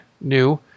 new